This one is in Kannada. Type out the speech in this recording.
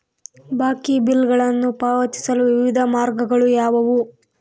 ಬಾಕಿ ಬಿಲ್ಗಳನ್ನು ಪಾವತಿಸಲು ವಿವಿಧ ಮಾರ್ಗಗಳು ಯಾವುವು?